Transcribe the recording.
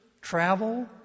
travel